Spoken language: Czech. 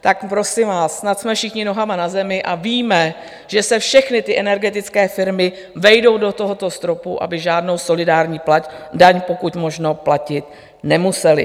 tak prosím vás, snad jsme všichni nohama na zemi a víme, že se všechny ty energetické firmy vejdou do tohoto stropu, aby žádnou solidární daň pokud možno platit nemusely.